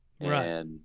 Right